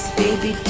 baby